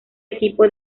equipo